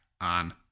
on